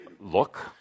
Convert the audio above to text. look